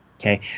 Okay